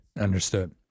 Understood